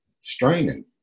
Straining